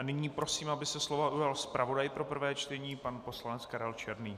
Nyní prosím, aby se slova ujal zpravodaj pro prvé čtení pan poslanec Karel Černý.